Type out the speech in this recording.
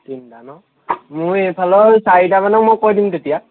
তিনিটা ন মোৰ এইফালৰ চাৰিটামানক মই কৈ দিম তেতিয়া